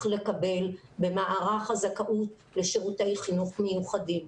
לקבל במערך הזכאות לשירותי חינוך מיוחדים.